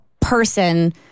person